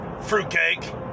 fruitcake